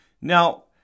Now